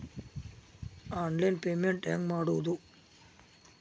Online payment ಹೆಂಗ್ ಮಾಡೋದು?